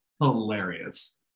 hilarious